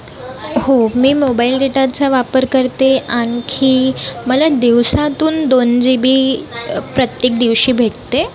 हो मी मोबाईल डेटाचा वापर करते आणखी मला दिवसातून दोन जी बी प्रत्येक दिवशी भेटते